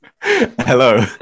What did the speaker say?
Hello